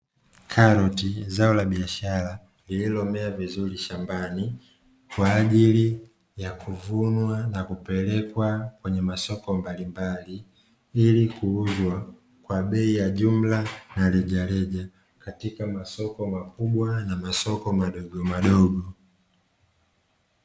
Karoti, zao la biashara lililomea vizuri shambani kwa ajili ya kuvunwa na kupelekwa kwenye masoko mbalimbali, ili kuuzwa kwa bei ya jumla na rejareja katika masoko makubwa na masoko madogomadogo.